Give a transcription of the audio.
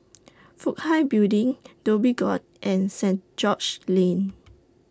Fook Hai Building Dhoby Ghaut and Saint George's Lane